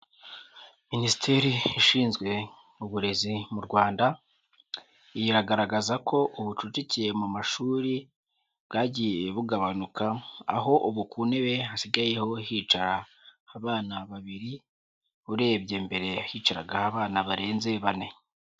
Minisiteri ishinzwe uburezi mu Rwanda, iragaragaza ko ubucucike mu mashuri bwagiye bugabanuka, aho ubu ku ntebe hasigaye hicara abana babiri, urebye mbere hicaragaho abana barenze bane.